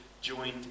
joined